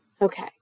Okay